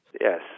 Yes